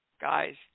guys